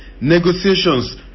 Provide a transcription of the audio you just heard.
negotiations